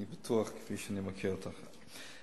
אני בטוח, כפי שאני מכיר אותך.